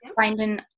finding